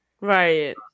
Right